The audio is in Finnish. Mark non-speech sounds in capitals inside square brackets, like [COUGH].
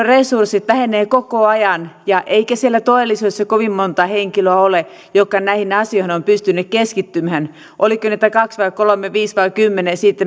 [UNINTELLIGIBLE] resurssit vähenevät koko ajan eikä siellä todellisuudessa kovin monta sellaista henkilöä ole joka näihin asioihin on pystynyt keskittymään oliko niitä kaksi vai kolme viisi vai kymmenen siitä